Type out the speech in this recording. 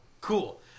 cool